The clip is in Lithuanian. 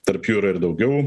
tarp jų yra ir daugiau